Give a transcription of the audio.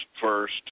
first